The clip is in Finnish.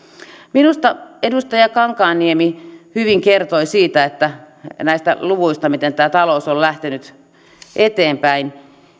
minusta edustaja kankaanniemi hyvin kertoi siitä näistä luvuista miten tämä talous on lähtenyt eteenpäin